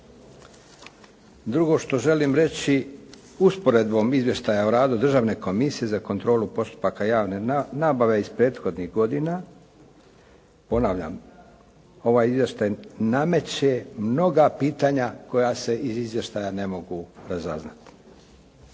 Drugo što želim reći, usporedbom izvještaja o radu Državne komisije za kontrolu postupaka javne nabave iz prethodnih godina, ponavljam ovaj izvještaj nameće mnoga pitanja koja se iz izvještaja ne mogu razaznati.